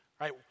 right